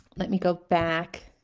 let me go back